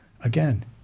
again